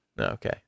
Okay